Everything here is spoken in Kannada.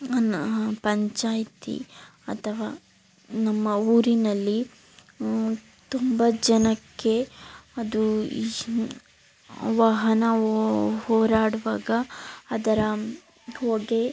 ಅನ್ನ ಪಂಚಾಯಿತಿ ಅಥವಾ ನಮ್ಮ ಊರಿನಲ್ಲಿ ತುಂಬ ಜನಕ್ಕೆ ಅದು ಈ ವಾಹನ ಓ ಹೋರಾಡುವಾಗ ಅದರ ಹೊಗೆ